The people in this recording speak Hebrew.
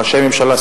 ראשי ממשלה,